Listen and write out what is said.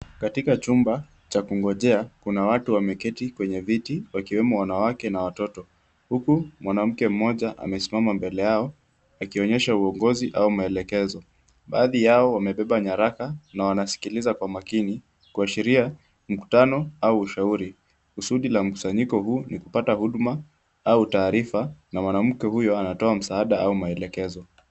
Katika chumba cha kungojea kuna watu wameketi kwenye viti wakiwemo wanawake na watoto huku mwanamke mmoja amesimama mbele yao akionyesha uongozi au maelekezo. Baadhi yao wamebeba nyaraka na wanasikiliza kwa makini kuashiria mkutano au ushauri. Kusudi la mkusanyiko huu ni kupata huduma au taarifa na mwanamke huyo anatoa msaada au maelekezo.